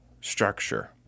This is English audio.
structure